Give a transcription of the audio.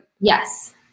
Yes